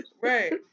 Right